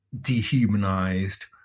dehumanized